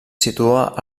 situa